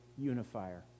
unifier